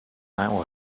hour